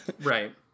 Right